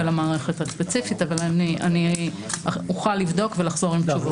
למערכת הספציפית אבל אוכל לבדוק ולחזור עם תשובות.